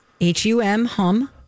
H-U-M-HUM